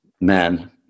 men